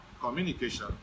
communication